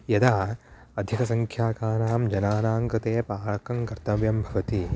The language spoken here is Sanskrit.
यदा अधिकसङ्ख्यांकानां जनानां कृते पाकं कर्तव्यं भवति